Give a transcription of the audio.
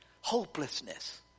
Hopelessness